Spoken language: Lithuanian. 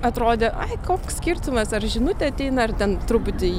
atrodė ai koks skirtumas ar žinutė ateina ar ten truputį